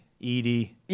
Edie